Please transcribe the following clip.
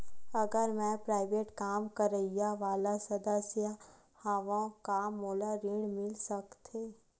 अगर मैं प्राइवेट काम करइया वाला सदस्य हावव का मोला ऋण मिल सकथे?